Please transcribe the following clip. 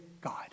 God